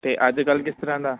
ਅਤੇ ਅੱਜ ਕੱਲ੍ਹ ਕਿਸ ਤਰ੍ਹਾਂ ਦਾ